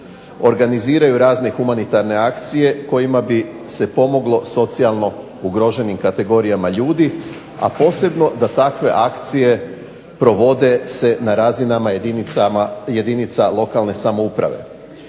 organiziraju različite humanitarne akcije kojima bi se pomoglo socijalno ugroženim kategorijama ljudi, a posebno da takve akcije provode se na razinama jedinica lokalne samouprave.